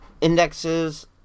Indexes